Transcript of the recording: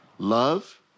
Love